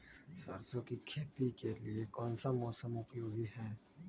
सरसो की खेती के लिए कौन सा मौसम उपयोगी है?